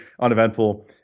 uneventful